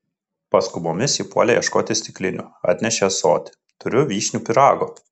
paskubomis ji puolė ieškoti stiklinių atnešė ąsotį turiu vyšnių pyrago